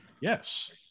yes